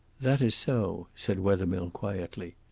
that is so, said wethermill quietly.